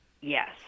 Yes